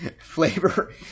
flavor